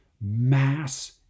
mass